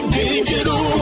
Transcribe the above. digital